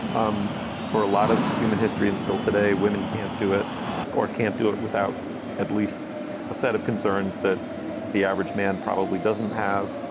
um for a lot of human history and still today, women can't do it or can't do it without at least a set of concerns that the average man probably doesn't have.